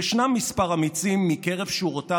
יש כמה אמיצים מקרב שורותיו,